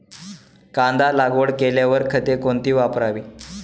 कांदा लागवड केल्यावर खते कोणती वापरावी?